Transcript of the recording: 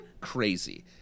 crazy